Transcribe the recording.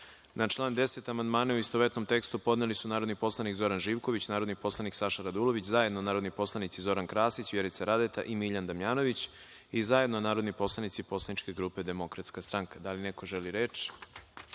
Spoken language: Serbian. član 10. amandmane u istovetnom tekstu podneli su narodni poslanik Zoran Živković, narodni poslanik Saša Radulović, zajedno narodni poslanici Zoran Krasić, Vjerica Radeta i Miljan Damjanović, i zajedno poslanici poslaničke grupe Demokratska stranka. Da li neko želi reč?